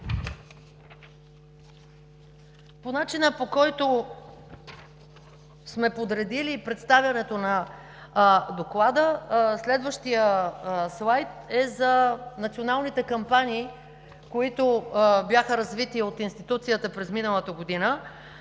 По начина, по който сме подредили представянето на Доклада – следващият слайд е за националните кампании, които бяха развити от институцията през миналата година.